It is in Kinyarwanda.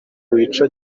wica